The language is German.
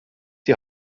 die